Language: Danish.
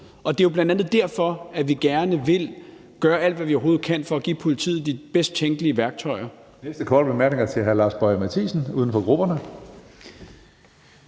Det er jo bl.a. derfor, vi gerne vil gøre alt, hvad vi overhovedet kan, for at give politiet de bedst tænkelige værktøjer.